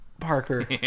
parker